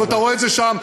אבל אתה רואה את זה שם.